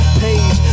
page